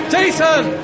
Jason